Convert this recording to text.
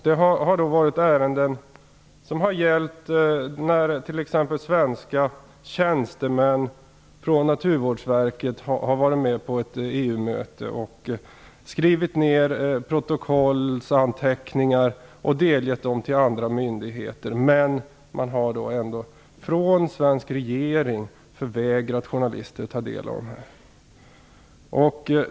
Det har t.ex. gällt ärenden där svenska tjänstemän från Naturvårdsverket har varit med på ett EU-möte och skrivit ner protokollsanteckningar och delgett dem till andra myndigheter. Den svenska regeringen har förvägrat journalister att ta del av dessa.